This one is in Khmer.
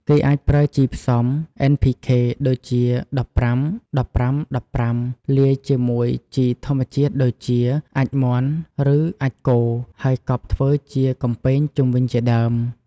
គេអាចប្រើជីផ្សំ NPK ដូចជា ១៥-១៥-១៥ លាយជាមួយជីធម្មជាតិដូចជាអាចម៍មាន់ ឬអាចម៍គោ ហើយកប់ធ្វើជាកំពែងជុំវិញដើម។